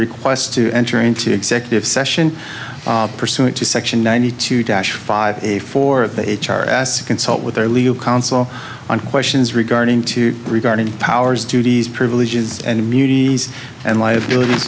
request to enter into executive session pursuant to section ninety two dash five a for the h r ass consult with their legal counsel on questions regarding to regarding powers duties privileges and immunities and liabilities